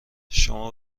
شما